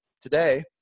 today